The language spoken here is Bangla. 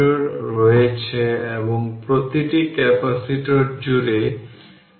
তার মানে ভোল্টেজ একই থাকে এবং এটি Ceq ইকুইভ্যালেন্ট প্যারালাল কানেকশন